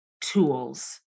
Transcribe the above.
tools